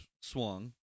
swung